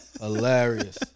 Hilarious